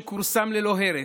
שכורסם ללא הרף,